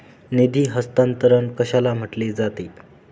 निधी हस्तांतरण कशाला म्हटले जाते?